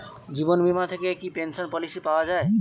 জীবন বীমা থেকে কি পেনশন পলিসি পাওয়া যায়?